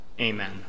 Amen